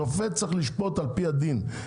שופט צריך לשפוט על פי הדין.